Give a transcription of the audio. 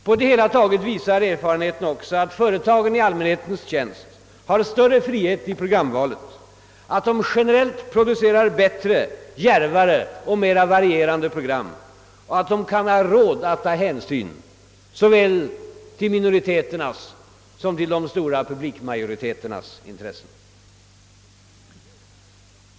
På det hela taget visar erfarenheten också att företag i allmänhetens tjänst har större frihet vid programvalet, att de generellt producerar bättre, djärvare och mera varierande program och att de har råd att ta hänsyn till såväl minoriteternas som den stora publikmajoritetens intressen.